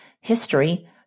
history